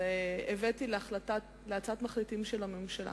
הבאתי להצעת מחליטים של הממשלה